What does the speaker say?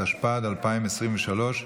התשפ"ד 2023,